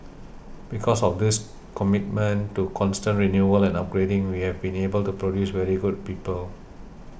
because of this commitment to constant renewal and upgrading we have been able to produce very good people